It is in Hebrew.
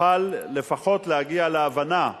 נוכל לפחות להגיע להבנה.